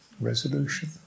resolution